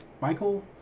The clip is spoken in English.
Michael